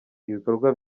ibikorwa